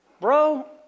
Bro